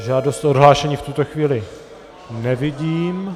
Žádost o odhlášení v tuto chvíli nevidím.